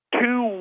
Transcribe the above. two